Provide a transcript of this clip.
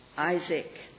Isaac